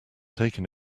taken